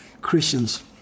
Christians